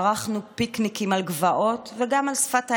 ערכנו פיקניקים על גבעות וגם על שפת הים,